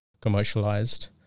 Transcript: commercialized